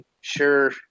sure –